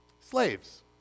Slaves